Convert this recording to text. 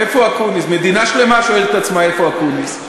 איפה סגן השר אקוניס?